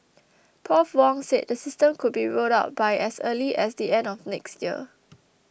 Prof Wong said the system could be rolled out by as early as the end of next year